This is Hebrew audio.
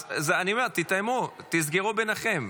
אז אני אומר: תתאמו, תסגרו ביניכם.